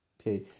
Okay